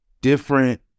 different